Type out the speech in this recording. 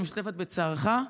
אני משתתפת בצערך,